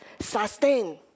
sustain